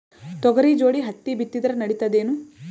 ತೊಗರಿ ಜೋಡಿ ಹತ್ತಿ ಬಿತ್ತಿದ್ರ ನಡಿತದೇನು?